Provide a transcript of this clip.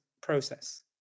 process